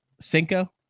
Cinco